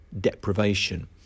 deprivation